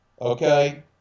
okay